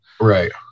Right